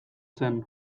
zen